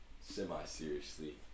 semi-seriously